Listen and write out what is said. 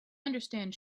understand